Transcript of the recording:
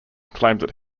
claimed